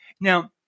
Now